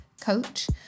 coach